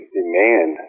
demand